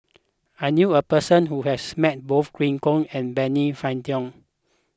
I knew a person who has met both Glen Goei and Benny Se Teo